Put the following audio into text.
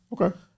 Okay